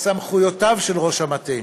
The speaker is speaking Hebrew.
סמכויותיו של ראש המטה,